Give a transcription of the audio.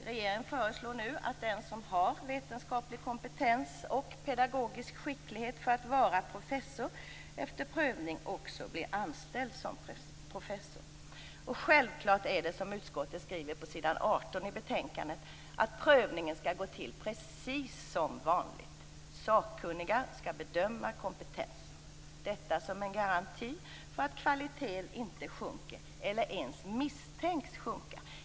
Regeringen föreslår nu att den som har vetenskaplig kompetens och pedagogisk skicklighet för att vara professor efter prövning också blir anställd som professor. Självklart är det som utskottet skriver på s. 18 i betänkandet, att prövningen skall gå till precis som vanligt: Sakkunniga skall bedöma kompetensen, detta som en garanti för att kvaliteten inte sjunker eller ens misstänks sjunka.